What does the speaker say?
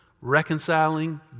reconciling